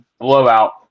blowout